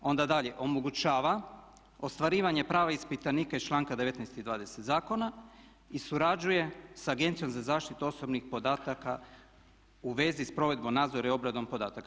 Onda dalje, omogućava ostvarivanje prava ispitanika iz članka 19. i 20. zakona i surađuje sa Agencijom za zaštitu osobnih podataka u vezi sa provedbom nadzora i obradom podataka.